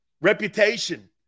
reputation